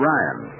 Ryan